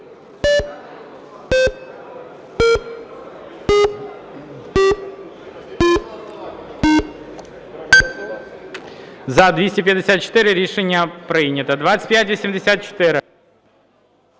За-247 Рішення прийнято.